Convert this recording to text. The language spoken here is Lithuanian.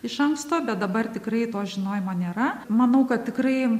iš anksto bet dabar tikrai to žinojimo nėra manau kad tikrai